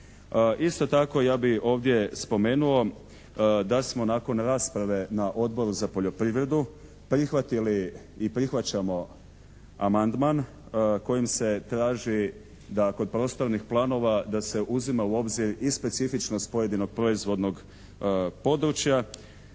Isto tako ja bih ovdje spomenuo da smo nakon rasprave na Odboru za poljoprivredu prihvatili i prihvaćamo amandman kojim se traži da kod prostornih planova da se uzima u obzir i specifičnost pojedinog proizvodnog područja,